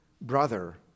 brother